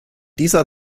dieser